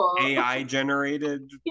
AI-generated